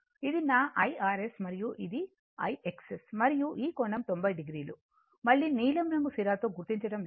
ఇది నా IRs మరియు ఇది IXS మరియు ఈ కోణం 90 o మళ్ళీ నీలం రంగు సిరాతో గుర్తించడం లేదు